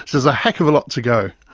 there's a heck of a lot to go.